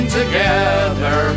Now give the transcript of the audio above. together